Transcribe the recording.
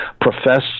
profess